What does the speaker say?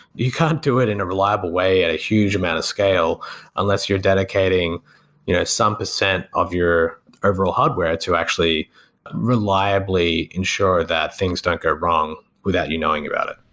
you can't do it in a reliable way at a huge amount of scale unless you're dedicating you know some percent of your overall hardware to actually reliably insure that things don't get wrong without you knowing about it.